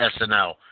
SNL